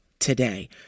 Today